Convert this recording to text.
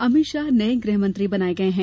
अमित शाह नये गृहमंत्री बनाये गये हैं